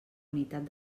unitat